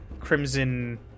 Crimson